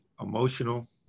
emotional